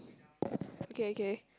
K K